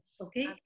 Okay